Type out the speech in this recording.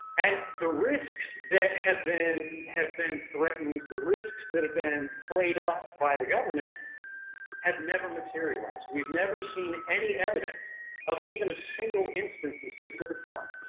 and the risks that have been have been threatened, the risks that have been played up by the government have never materialized. we've never seen any evidence of even a single instance of specific harm,